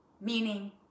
meaning